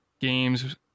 games